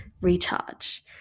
recharge